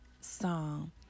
song